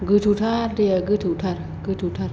गोथौथार दैया गोथौथार गोथौथार